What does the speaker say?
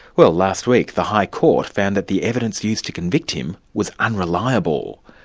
well last week, the high court found that the evidence used to convict him was unreliable.